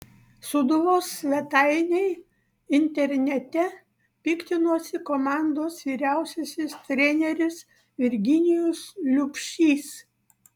sūduvos svetainei internete piktinosi komandos vyriausiasis treneris virginijus liubšys